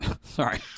Sorry